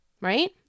right